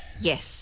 Yes